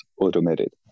automated